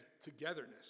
togetherness